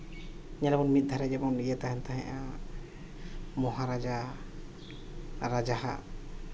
ᱡᱮᱢᱚᱱ ᱢᱤᱫ ᱫᱷᱟᱨᱮ ᱡᱮᱢᱚᱱ ᱤᱭᱟᱹ ᱛᱟᱦᱮᱱᱟ ᱢᱚᱦᱟᱨᱟᱡᱟ ᱟᱨ ᱨᱟᱡᱟᱣᱟᱜ